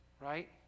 right